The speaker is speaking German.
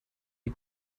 die